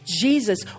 Jesus